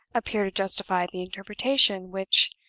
appear to justify the interpretation which,